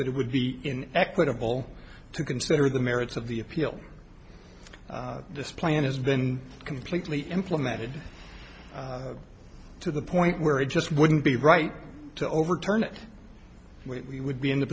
that it would be in equitable to consider the merits of the appeal this plan has been completely implemented to the point where it just wouldn't be right to overturn it when we would be in the